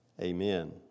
Amen